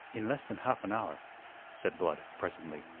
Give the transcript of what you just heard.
in less than half-an-hour, said blood presently,